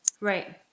Right